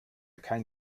kein